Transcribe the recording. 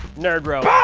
nerds rope. bang!